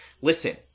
Listen